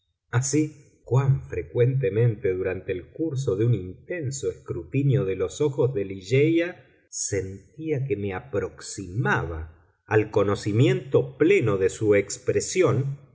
así cuán frecuentemente durante el curso de un intenso escrutinio de los ojos de ligeia sentía que me aproximaba al conocimiento pleno de su expresión